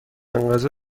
انقضا